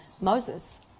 Moses